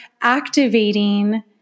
activating